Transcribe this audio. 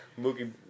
Mookie